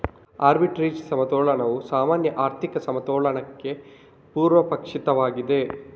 arbitrage ಸಮತೋಲನವು ಸಾಮಾನ್ಯ ಆರ್ಥಿಕ ಸಮತೋಲನಕ್ಕೆ ಪೂರ್ವಾಪೇಕ್ಷಿತವಾಗಿದೆ